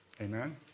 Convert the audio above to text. amen